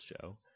show